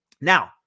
Now